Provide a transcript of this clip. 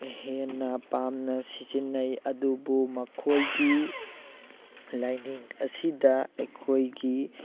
ꯍꯦꯟꯅ ꯄꯥꯝꯅ ꯁꯤꯖꯤꯟꯅꯩ ꯑꯗꯨꯕꯨ ꯃꯈꯣꯏꯒꯤ ꯂꯥꯏꯅꯤꯡ ꯑꯁꯤꯗ ꯑꯩꯈꯣꯏꯒꯤ